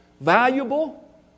valuable